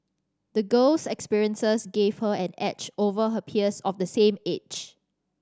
the girl's experiences gave her an edge over her peers of the same age